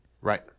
right